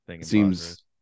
seems